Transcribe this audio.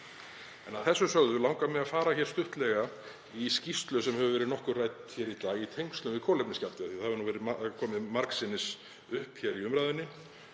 Að því sögðu langar mig að fara stuttlega í skýrslu sem hefur verið nokkuð rædd hér í dag í tengslum við kolefnisgjaldið, því að það hefur komið margsinnis upp í umræðunni.